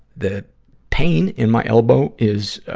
the pain in my elbow is, ah,